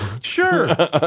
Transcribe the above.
sure